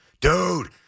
Dude